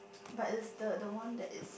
but it's the the one that is